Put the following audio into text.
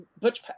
Butch